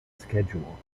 schedule